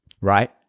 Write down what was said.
right